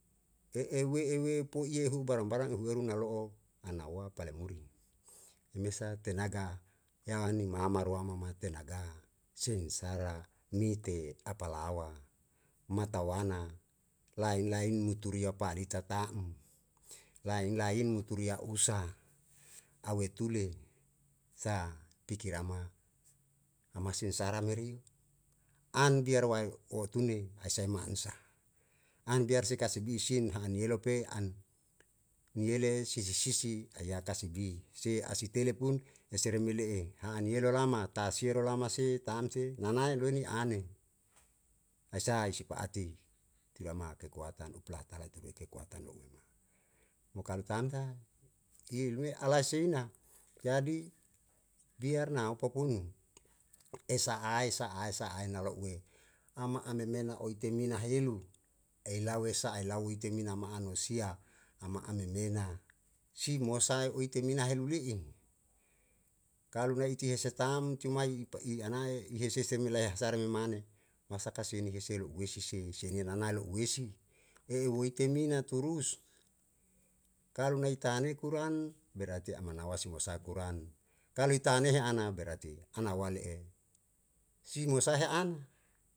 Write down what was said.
eue eue po iye hu barang barang ehu ehu na lo'o anawa pale muri i mesa tenaga ya ni mama rua mama tenaga sengsara mite apalawa matawana laen laen muturia palita ta'am laen laen muturia usa awe tule sa pikir ama, ama sengsara meriu an biar wae otune hese mansa an biar si kasibi isin ha'a nielo pe an niele sisi sisi aya kasibi se ase tele pun esere mile'e a an nielo olama tasiero olama si ta'm si nanae loeni ane ae sa i sipa'ati tirama kekuatan upu laha tala i tu kekuatan lo'ue me mo kalu tamsa ye lue alae seina jadi biar na opopun esa ae sa ae sa ae na lo'ue ama' a meme na oetemina helu elau esa elau oetemina ma'anusia ama' a memena si mosae oetemina helu le'i kalu nae itie hese tam cuma i i anae i hesese me lae hasare me mane masa kasini hese lo'ue si, si ni nanae lo'ue si eu oetemina turus kalu nae taane kuran berati a manawa si musae kuran kalo i taane he ana berati ana wale'e si musae an.